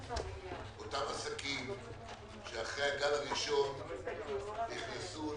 אותם עסקים שאחרי הגל הראשון נכנסו